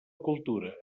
cultura